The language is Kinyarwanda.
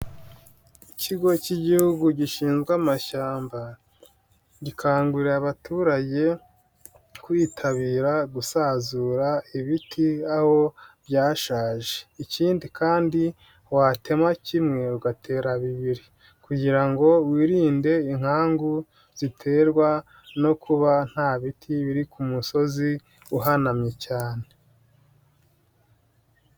Ikigo cy'Igihugu gishinzwe amashyamba, gikangurira abaturage kwitabira gusazura ibiti aho byashaje ikindi kandi watema kimwe ugatera bibiri kugira ngo wirinde inkangu ziterwa no kuba nta biti biri ku musozi uhanamye cyane.